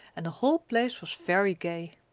and the whole place was very gay.